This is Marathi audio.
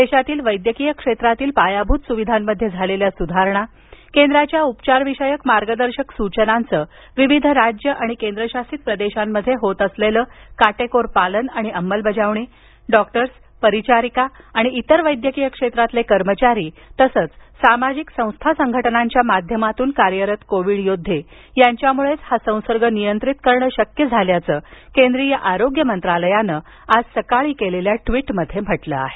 देशातील वैद्यकीय क्षेत्रातील पायाभूत सुविधांमध्ये झालेल्या सुधारणा केंद्राच्या उपचारविषयक मार्गदर्शक सूचनांचं विविध राज्य आणि केंद्रशासित प्रदेशांमध्ये होत असलेलं काटेकोर पालन आणि अंमलबजावणी डॉक्टर्स परिचारिका आणि इतर वैद्यकीय क्षेत्रातील कर्मचारी तसच सामाजिक संस्था संघटनांच्या माध्यमातून कार्यरत कोविड योद्वे यांच्यामुळेच हा संसर्ग नियंत्रित करणं शक्य झाल्याचं केंद्रीय आरोग्य मंत्रालयानं आज सकाळी केलेल्या ट्वीटमध्ये म्हटलं आहे